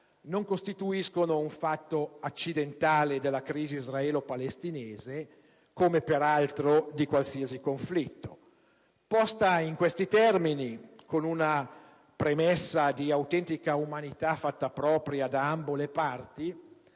non costituiscono un fatto accidentale della crisi israelo-palestinese come, peraltro, di qualsiasi conflitto. Posta in questi termini, con una premessa di autentica umanità fatta propria da ambo le parti,